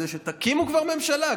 תקימו כבר ממשלה.